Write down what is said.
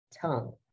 tongue